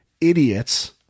idiots